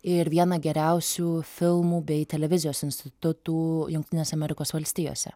ir vieną geriausių filmų bei televizijos institutų jungtinėse amerikos valstijose